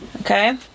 Okay